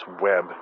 web